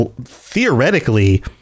theoretically